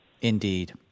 Indeed